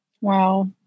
Wow